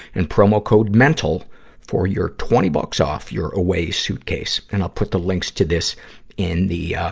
and promo code mental for your twenty bucks off your away suitcase. and i'll put the links to this in the, ah, ah,